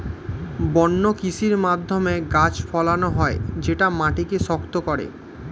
বন্য কৃষির মাধ্যমে গাছ ফলানো হয় যেটা মাটিকে শক্ত করে